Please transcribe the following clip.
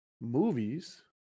movies